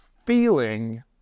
Feeling